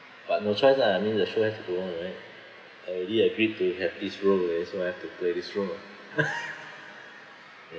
but no choice lah I mean the show has to go on right I already agreed to have this role weh so I have to play this role